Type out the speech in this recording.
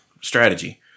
strategy